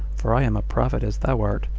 for i am a prophet as thou art,